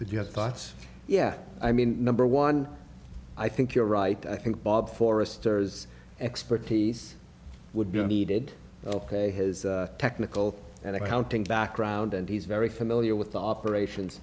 but your thoughts yeah i mean number one i think you're right i think bob foresters expertise would be needed ok his technical and accounting background and he's very familiar with the operations